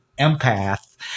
empath